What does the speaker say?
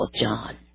John